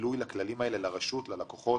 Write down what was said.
גילוי לכללים אלו לרשות, ללקוחות?